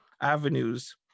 avenues